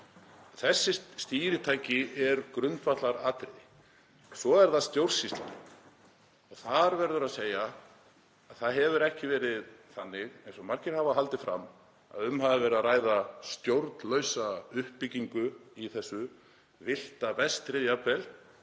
Þessi stýritæki eru grundvallaratriði. Svo er það stjórnsýslan. Þar verður að segjast að það hefur ekki verið þannig, eins og margir hafa haldið fram, að um hafi verið að ræða stjórnlausa uppbyggingu í þessu, villta vestrið jafnvel,